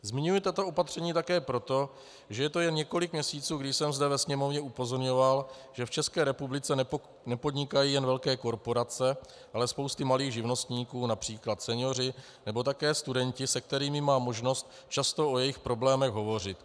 Zmiňuji tato opatření také proto, že to je jen několik měsíců, když jsem zde ve Sněmovně upozorňoval, že v České republice nepodnikají jen velké korporace, ale spousta malých živnostníků, například senioři nebo také studenti, s kterými mám možnost často o jejich problémech hovořit.